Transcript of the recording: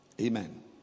Amen